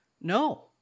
no